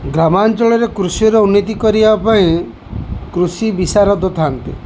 ଗ୍ରାମାଞ୍ଚଳରେ କୃଷିର ଉନ୍ନତି କରିବା ପାଇଁ କୃଷି ବିଷାରଦ ଥାଆନ୍ତି